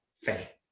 faith